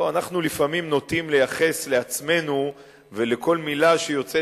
פה אנחנו לפעמים נוטים לייחס לעצמנו ולכל מלה שיוצאת